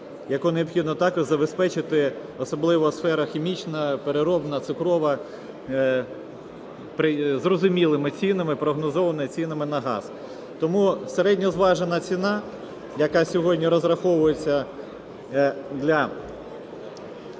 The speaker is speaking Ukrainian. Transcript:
яку необхідно також забезпечити, особливо сфера хімічна, переробна, цукрова, зрозумілими цінами, прогнозованими цінами на газ. Тому середньозважена ціна, яка сьогодні розраховується для